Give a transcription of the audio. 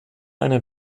einen